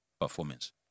performance